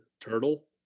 turtle